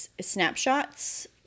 snapshots